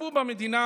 הציבור במדינה,